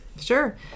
Sure